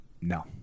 No